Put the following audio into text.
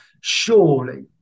Surely